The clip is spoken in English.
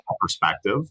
perspective